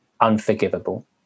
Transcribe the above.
unforgivable